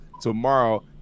tomorrow